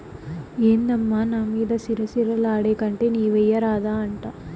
ఏందమ్మా నా మీద సిర సిర లాడేకంటే నీవెయ్యరాదా అంట